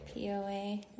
POA